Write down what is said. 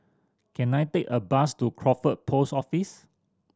can I take a bus to Crawford Post Office